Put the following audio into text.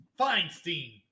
Feinstein